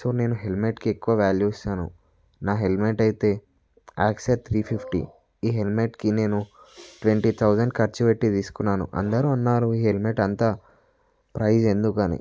so నేను హెల్మెట్కే ఎక్కువ వాల్యూ ఇస్తాను నా హెల్మెట్ అయితే యాక్సర్ త్రీ ఫిఫ్టీ ఈ హెల్మెట్కి నేను ట్వంటీ థౌసండ్ ఖర్చు పెట్టి తీసుకున్నాను అందరూ అన్నారు హెల్మెట్ అంతా ప్రైస్ ఎందుకని